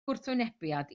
gwrthwynebiad